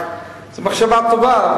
זאת מחשבה טובה,